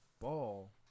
ball